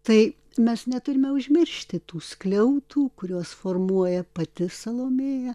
tai mes neturime užmiršti tų skliautų kuriuos formuoja pati salomėja